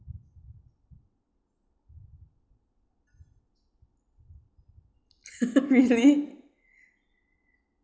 really